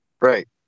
Right